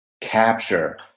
capture